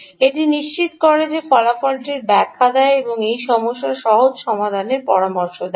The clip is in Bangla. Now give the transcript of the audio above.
এটি নিশ্চিত করে এই ফলাফলটির ব্যাখ্যা দেয় এবং এই সমস্যার সহজ সমাধানের পরামর্শ দেয়